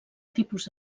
tipus